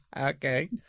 Okay